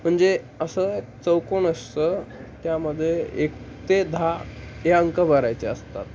म्हणजे असं चौकोन असतो त्यामध्ये एक ते दहा हे अंक भरायचे असतात